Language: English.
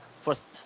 first